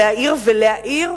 להעיר ולהאיר,